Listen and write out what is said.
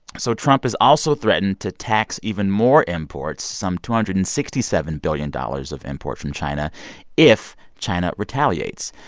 so trump has also threatened to tax even more imports, some two hundred and sixty seven billion dollars of import from china if china retaliates.